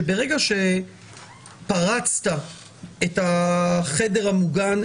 שברגע שפרצת את החדר המוגן,